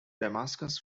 damascus